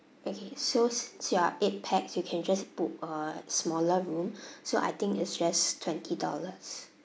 okay so since you are eight pax you can just book a smaller room so I think it's just twenty dollars